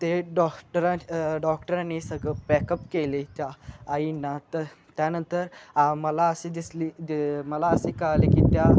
ते डॉक्टरा डॉक्टरांनी सगळं पॅकअप केले त्या आईंना तर त्यानंतर मला असे दिसली द मला असे कळले की त्या